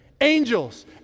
Angels